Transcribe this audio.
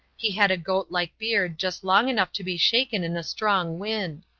he had a goatlike beard just long enough to be shaken in a strong wind.